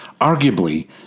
arguably